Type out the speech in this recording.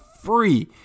free